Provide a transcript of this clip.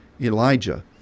Elijah